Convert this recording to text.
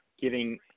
giving